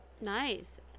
nice